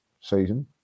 season